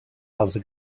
els